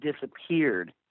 disappeared